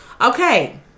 Okay